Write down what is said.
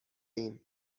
ایم